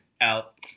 out